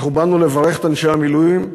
אנחנו באנו לברך את אנשי המילואים,